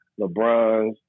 LeBrons